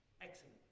Excellent